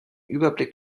überblick